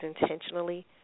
intentionally